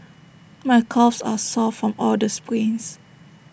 my calves are sore from all the sprints